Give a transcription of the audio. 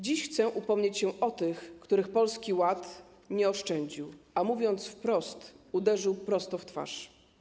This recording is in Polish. Dziś chcę upomnieć się o tych, których Polski Ład nie oszczędził, a mówiąc wprost, uderzył prosto w twarz.